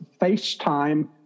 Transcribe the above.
FaceTime